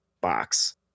box